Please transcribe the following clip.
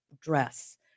dress